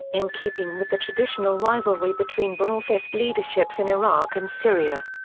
in keeping with the traditional rivalry between ba'athist leaderships in iraq and syria.